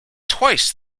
twice